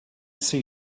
see